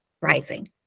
rising